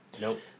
Nope